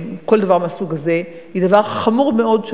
כל דבר מהסוג הזה הוא דבר חמור מאוד,